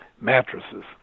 mattresses